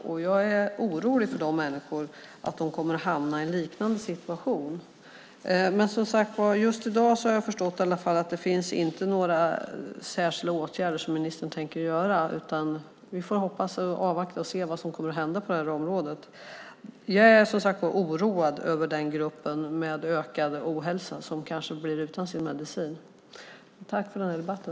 Jag är orolig för att de människorna kommer att hamna i en liknande situation. Jag har förstått att det just i dag inte finns några särskilda åtgärder som ministern tänker vidta. Vi får avvakta och se vad som kommer att hända på det här området. Jag är, som sagt, oroad för gruppen med ökad ohälsa som kanske blir utan sin medicin. Tack för debatten.